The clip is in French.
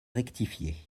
rectifié